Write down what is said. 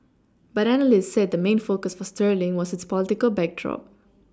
but analysts said the main focus for sterling was its political backdrop